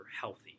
healthy